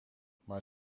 maar